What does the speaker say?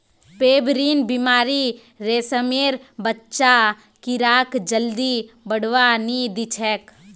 pebrine बीमारी रेशमेर बच्चा कीड़ाक जल्दी बढ़वा नी दिछेक